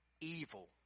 evil